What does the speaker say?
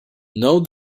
note